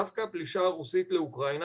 דווקא הפלישה הרוסית לאוקראינה,